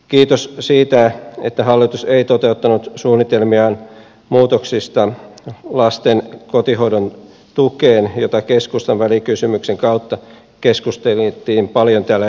kiitos siitä että hallitus ei toteuttanut suunnitelmiaan muutoksista lasten kotihoidon tukeen josta keskustan välikysymyksen kautta keskusteltiin paljon täällä eduskunnassakin